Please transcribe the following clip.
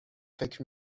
فکر